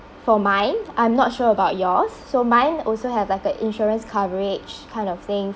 for mine I'm not sure about yours so mine also have like a insurance coverage kind of thing